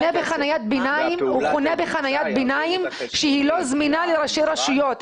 בחניית ביניים שלא זמינה לראשי רשויות.